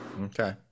Okay